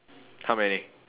how many